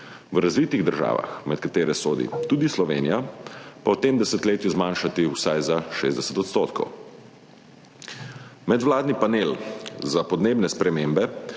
v razvitih državah, med katere sodi tudi Slovenija, pa v tem desetletju zmanjšati vsaj za 60 %. Medvladni panel za podnebne spremembe